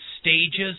stages